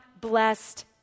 blessed